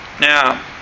Now